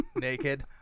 naked